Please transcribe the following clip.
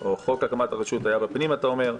או חוק הקמת הרשות נידונה בוועדת הפנים, אתה אומר.